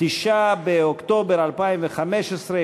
9 באוקטובר 2015,